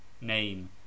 Name